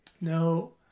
No